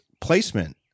placement